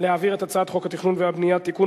להעביר את הצעת חוק התכנון והבנייה (תיקון,